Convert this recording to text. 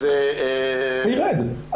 ואתה אפילו את זה לא אומר, אז --- זה ירד.